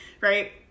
right